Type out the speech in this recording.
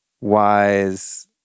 wise